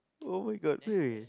oh my god hey